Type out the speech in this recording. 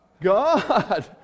God